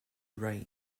right